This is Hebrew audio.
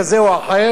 כזה או אחר,